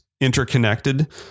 interconnected